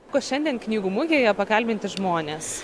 ko šiandien knygų mugėje pakalbinti žmonės